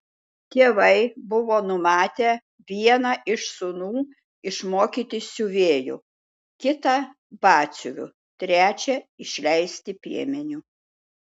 tėvai buvo numatę vieną iš sūnų išmokyti siuvėju kitą batsiuviu trečią išleisti piemeniu